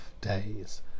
days